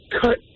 cut